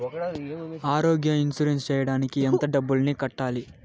ఆరోగ్య ఇన్సూరెన్సు సేయడానికి ఎంత డబ్బుని కట్టాలి?